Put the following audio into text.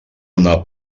una